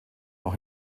noch